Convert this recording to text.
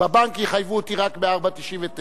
בבנק יחייבו אותי רק ב-4.99,